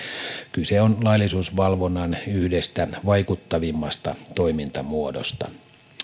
kyse on laillisuusvalvonnan yhdestä vaikuttavimmasta toimintamuodosta